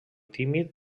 tímid